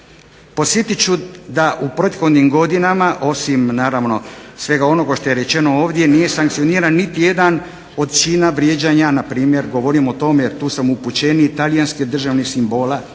Podsjetit ću da u prethodnim godinama osim naravno svega onoga što je rečeno ovdje nije sankcioniran niti jedan od čina vrijeđanja npr., govorim o tome jer tu sam upućeniji, talijanskih državnih simbola,